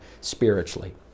spiritually